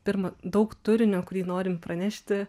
pirma daug turinio kurį norim pranešti